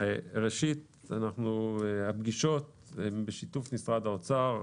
ראשית, הפגישות הן בשיתוף עם משרד האוצר.